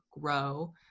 grow